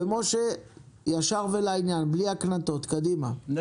אני מבקש לדבר ישר ולעניין, בלי הקנטות.